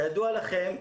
כידוע לכם,